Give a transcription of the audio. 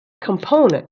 component